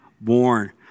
born